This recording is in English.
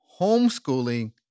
homeschooling